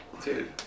Dude